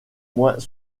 moins